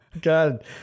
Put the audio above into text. God